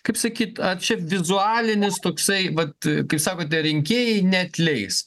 kaip sakyt ar čia vizualinis toksai vat kaip sakote rinkėjai neatleis